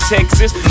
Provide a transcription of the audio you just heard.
Texas